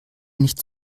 nicht